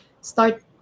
start